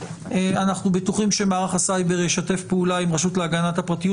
אנחנו בטוחים שמערך הסייבר ישתף פעולה עם הרשות להגנת הפרטיות